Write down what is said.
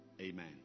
amen